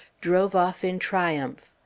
drove off in triumph.